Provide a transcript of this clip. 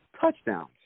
touchdowns